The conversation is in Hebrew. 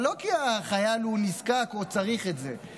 אבל לא כי החייל הוא נזקק או צריך את זה בשביל לתת.